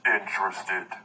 interested